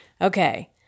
Okay